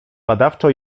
badawczo